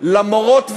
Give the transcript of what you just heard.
למורות והמורים?